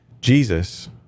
Jesus